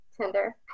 Tinder